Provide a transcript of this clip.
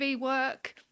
work